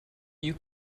you